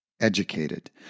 educated